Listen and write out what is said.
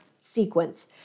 sequence